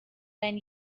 then